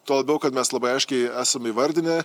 tuo labiau kad mes labai aiškiai esam įvardinę